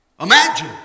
imagine